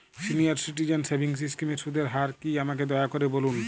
senior citizen savings স্কিমের সুদের হার কী আমাকে দয়া করে বলুন